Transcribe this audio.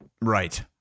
right